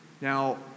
Now